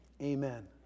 Amen